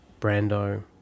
Brando